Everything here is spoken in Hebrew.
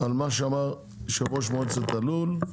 על מה שאמר יושב ראש מועצת הלול.